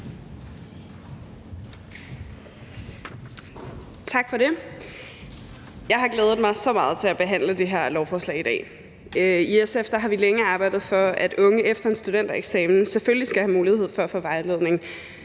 Tak for det. Jeg har glædet mig så meget til at behandle det her lovforslag i dag. I SF har vi længe arbejdet for, at unge efter en studentereksamen selvfølgelig skal have mulighed for at få vejledning